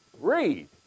Read